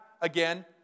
again